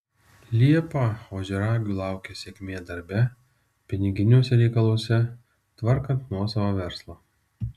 liepą ožiaragių laukia sėkmė darbe piniginiuose reikaluose tvarkant nuosavą verslą